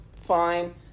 fine